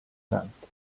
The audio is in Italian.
dante